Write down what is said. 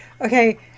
okay